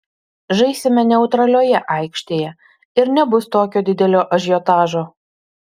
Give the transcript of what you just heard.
žaisime neutralioje aikštėje ir nebus tokio didelio ažiotažo